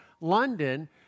London